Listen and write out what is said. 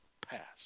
past